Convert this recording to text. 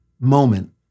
moment